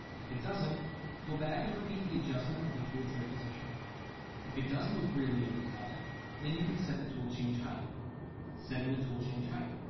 if it doesn't go back and repeat the adjustment of the tool tray position if it does move freely into the collet then you can set the tool change height setting the tool change height